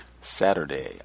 Saturday